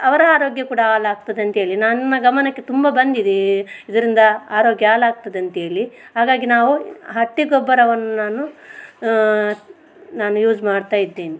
ಅವರ ಆರೋಗ್ಯ ಕೂಡ ಹಾಳಾಗ್ತದಂತ್ಹೇಳಿ ನನ್ನ ಗಮನಕ್ಕೆ ತುಂಬ ಬಂದಿದೆ ಇದರಿಂದ ಆರೋಗ್ಯ ಹಾಳಾಗ್ತದಂತ್ಹೇಳಿ ಹಾಗಾಗಿ ನಾವು ಹಟ್ಟಿಗೊಬ್ಬರವನ್ನು ನಾನು ನಾನು ಯೂಸ್ ಮಾಡ್ತಾ ಇದ್ದೀನಿ